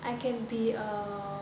I can be a